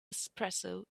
espresso